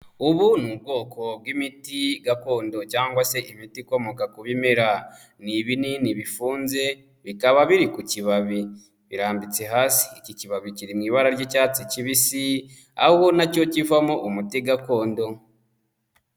Ubu ni ubwoko bw'imiti gakondo cyangwa se imiti ikomoka ku bimera, ni ibinini bifunze, bikaba biri ku kibabi, birambitse hasi, iki kibabi kiri mu ibara ry'icyatsi kibisi aho ubu na cyo kivamo umuti gakondo.